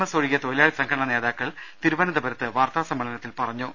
S ഒഴികെ തൊഴിലാളി സംഘടനാ നേതാക്കൾ തിരുവനന്തപുരത്ത് വാർത്താ സമ്മേളനത്തിൽ പറഞ്ഞു